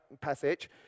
passage